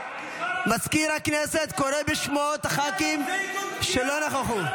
מזכיר הכנסת קורא בשמות הח"כים שלא נכחו.